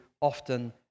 often